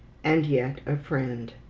and yet a friend.